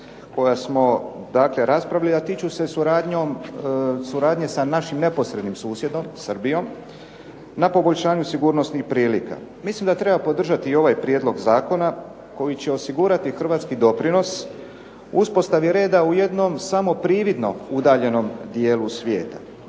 koja smo dakle raspravljali, a tiču se suradnje sa našim neposrednim susjedom Srbijom na poboljšanju sigurnosnih prilika. Mislim da treba podržati i ovaj prijedlog zakona koji će osigurati hrvatski doprinos u uspostavi reda u jednom samo prividno udaljenom dijelu svijeta.